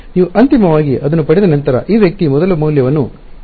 ನೀವು ಅಂತಿಮವಾಗಿ ಅದನ್ನು ಪಡೆದ ನಂತರ ಈ ವ್ಯಕ್ತಿ ಮೊದಲ ಮೌಲ್ಯವನ್ನು ಹೀರಿಕೊಳ್ಳುತ್ತಾನೆ